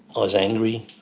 ah was angry,